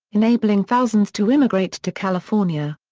enabling thousands to immigrate to california.